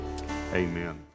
amen